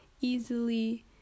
easily